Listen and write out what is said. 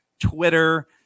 twitter